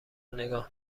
نگاه